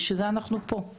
בשביל זה אנחנו פה.